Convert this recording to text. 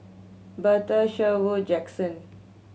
Bertha Sherwood Jaxson